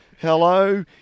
Hello